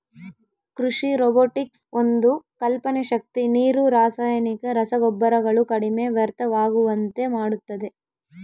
ಕೃಷಿ ರೊಬೊಟಿಕ್ಸ್ ಒಂದು ಕಲ್ಪನೆ ಶಕ್ತಿ ನೀರು ರಾಸಾಯನಿಕ ರಸಗೊಬ್ಬರಗಳು ಕಡಿಮೆ ವ್ಯರ್ಥವಾಗುವಂತೆ ಮಾಡುತ್ತದೆ